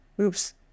Oops